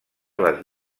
les